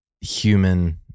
human